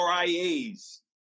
RIAs